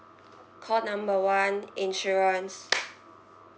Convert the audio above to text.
call number one insurance